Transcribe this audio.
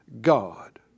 God